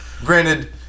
Granted